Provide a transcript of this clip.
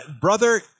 Brother